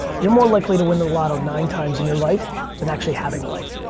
you're more likely to win the lotto nine times in your life than actually having a life.